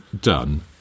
done